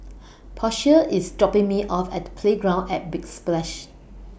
Portia IS dropping Me off At Playground At Big Splash